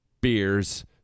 beers